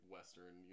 Western